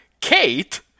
Kate